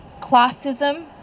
classism